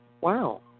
Wow